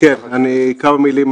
כמה מילים,